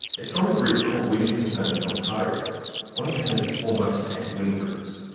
it's from a group called wind concerns ontario one of canada's foremost anti-wind groups.